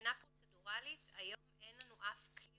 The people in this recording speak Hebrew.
מבחינה פרוצדורלית היום אין לנו אף כלי